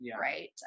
Right